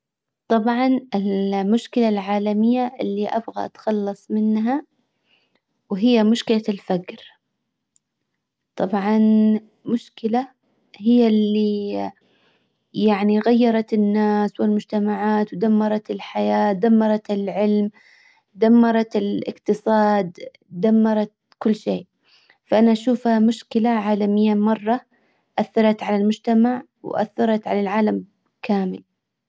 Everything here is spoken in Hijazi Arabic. طبعا المشكلة العالمية اللي ابغى اتخلص منها وهي مشكلة الفجر. طبعا مشكلة هي اللي يعني غيرت الناس والمجتمعات ودمرت الحياة دمرت العلم دمرت الاقتصاد دمرت كل شيء. فانا اشوفها مشكلة عالمية مرة اثرت على المجتمع واثرت على العالم كامل.